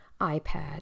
iPad